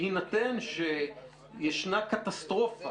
בהינתן שישנה קטסטרופה,